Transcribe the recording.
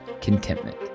Contentment